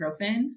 ibuprofen